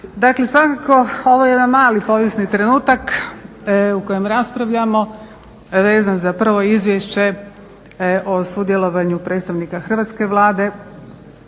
Dakle, svakako ovo je jedan mali povijesni trenutak o kojem raspravljamo vezan za prvo Izvješće o sudjelovanju predstavnika hrvatske Vlade